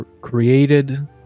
created